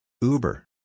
Uber